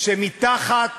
מתחת